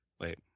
wait